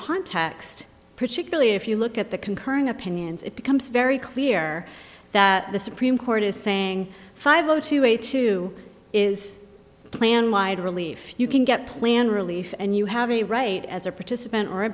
context particularly if you look at the concurring opinions it becomes very clear that the supreme court is saying five zero two eight two is plan wide relief you can get plan relief and you have a right as a participant or